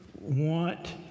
want